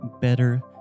better